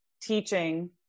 teaching